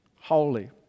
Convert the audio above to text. holy